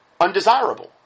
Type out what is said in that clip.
undesirable